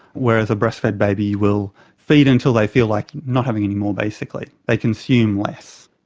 whereas a breastfed baby will feed until they feel like not having any more basically, they consume less.